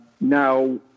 Now